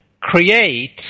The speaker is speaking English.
create